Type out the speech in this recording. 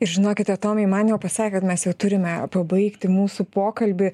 ir žinokite tomai man jau pasakė kad mes jau turime pabaigti mūsų pokalbį